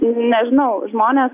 nežinau žmonės